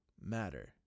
matter